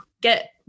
get